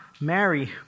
Mary